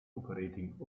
operating